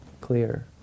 clear